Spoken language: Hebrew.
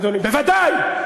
בוודאי.